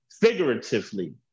Figuratively